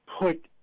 put